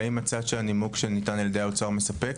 והאם מצאת שהנימוק שניתן על ידי האוצר מספק?